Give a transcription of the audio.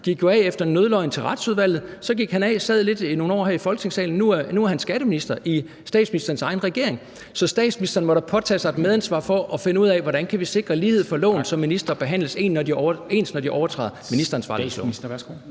gik af efter en nødløgn til Retsudvalget og sad i nogle år her i Folketingssalen og nu er skatteminister i statsministerens egen regering. Så statsministeren må da påtage sig et medansvar for at finde ud af, hvordan vi kan sikre lighed for loven, så ministre behandles ens, når de overtræder ministeransvarlighedsloven.